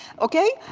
okay.